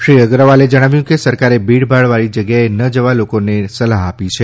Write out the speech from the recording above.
શ્રી અગ્રવાલે જણાવ્યું કે સરકારે ભીડભાડવાળી જગ્યાએ ન જવા માટે લોકોને સલાહ આપી છે